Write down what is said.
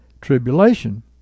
tribulation